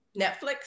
Netflix